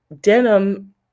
denim